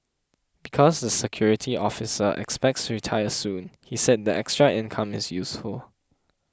because the security officer expects to retire soon he said the extra income is useful